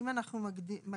אם אנחנו מגבילים,